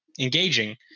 engaging